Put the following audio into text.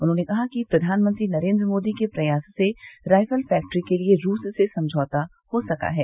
उन्होंने कहा कि प्रधानमंत्री नरेन्द्र मोदी के प्रयास से रायफल फैक्ट्री के लिए रूस से समझौता हो सका है